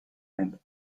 and